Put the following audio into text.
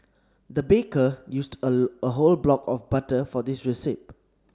the baker used a a whole block of butter for this receipt